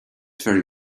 very